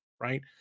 Right